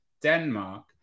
Denmark